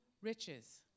riches